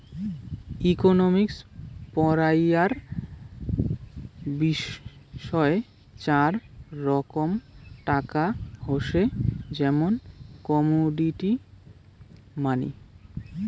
economics পড়াইয়ার বিষয় চার রকম টাকা হসে, যেমন কমোডিটি মানি